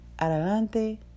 adelante